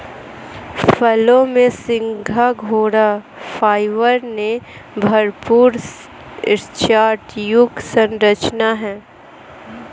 फलों में सिंघाड़ा फाइबर से भरपूर स्टार्च युक्त संरचना है